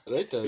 Right